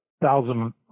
thousand